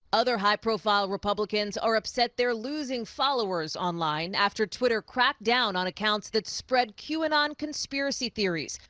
other high-profile republicans are upset they're losing followers online after twitter cracked down on accounts that spread qanon conspiracy theories.